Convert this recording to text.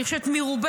אני חושבת מרובנו,